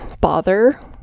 bother